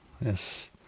Yes